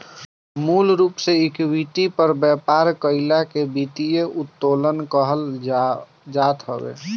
मूल रूप से इक्विटी पर व्यापार कईला के वित्तीय उत्तोलन कहल जात हवे